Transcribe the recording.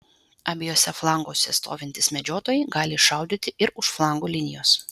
abiejuose flanguose stovintys medžiotojai gali šaudyti ir už flangų linijos